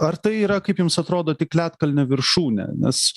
ar tai yra kaip jums atrodo tik ledkalnio viršūnė nes